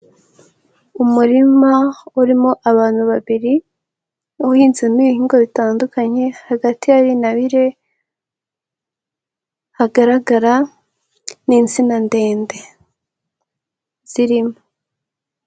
Umurima urimo abantu babiri, uhinzemo ibihingwa bitandukanye, hagati hari intabire, hagaragara n'insina ndende zirimo.